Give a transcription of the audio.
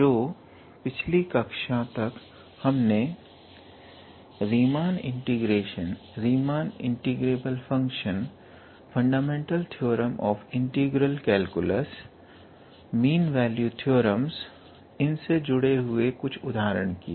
तो पिछली कक्षा तक हमने Riemann integration Riemann integrable functions fundamental theorem of integral calculus mean value theorems इन से जुड़े कुछ उदाहरण किए